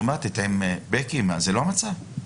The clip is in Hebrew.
בקי, זה לא המצב?